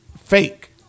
Fake